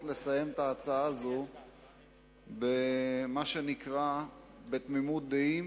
לסיים את ההצעה הזאת במה שנקרא תמימות דעים,